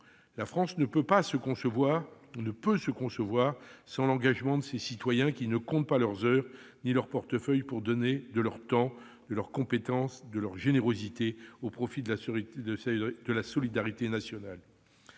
La France ne peut se concevoir sans l'engagement de ces citoyens qui ne comptent ni leurs heures ni leur argent et qui mettent leur temps, leurs compétences et leur générosité au service de la solidarité nationale.